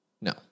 No